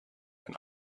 when